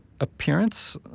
appearance